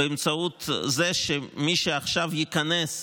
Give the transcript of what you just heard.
באמצעות זה שמי שעכשיו ייקנס,